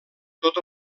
tot